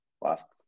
last